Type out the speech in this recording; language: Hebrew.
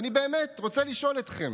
ואני באמת רוצה לשאול אתכם: